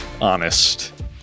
honest